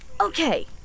Okay